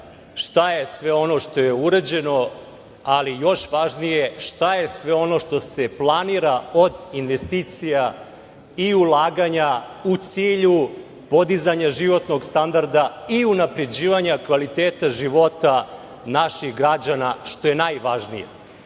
šta je sve ono što je urađeno, ali još važnije, šta je sve ono što se planira od investicija i ulaganja u cilju podizanja životnog standarda i unapređivanja kvaliteta života naših građana, što je najvažnije. Drago